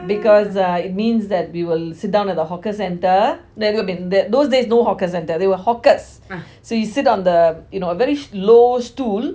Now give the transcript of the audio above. because uh it means that we will sit down at the hawker centre better than that those days no hawker centre there were hawkers so we sit on the you know very sh~ low stool